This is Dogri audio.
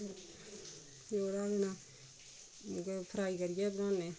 तो इ'यै फ्राई करियै गै बनानें